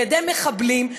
על-ידי מחבלים,